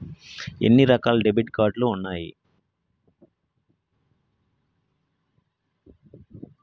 ఎన్ని రకాల debit card ఉన్నాయి?